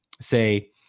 say